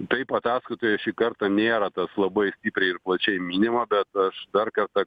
taip ataskaitoje šį kartą nėra tas labai stipriai ir plačiai minima bet aš dar kartą